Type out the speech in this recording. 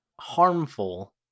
harmful